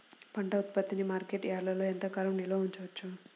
పంట ఉత్పత్తిని మార్కెట్ యార్డ్లలో ఎంతకాలం నిల్వ ఉంచవచ్చు?